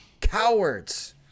Cowards